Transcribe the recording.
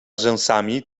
rzęsami